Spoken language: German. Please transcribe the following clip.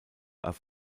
auf